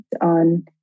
on